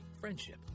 friendship